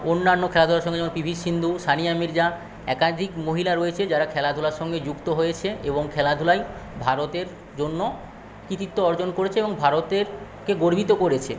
অন্যান্য খেলাধুলার সঙ্গে যেমন পিভি সিন্ধু সানিয়া মির্জা একাধিক মহিলা রয়েছে যারা খেলাধুলার সঙ্গে যুক্ত হয়েছে এবং খেলাধুলায় ভারতের জন্য কৃতিত্ব অর্জন করেছে এবং ভারতেরকে গর্বিত করেছে